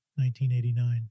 1989